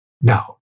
now